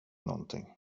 någonting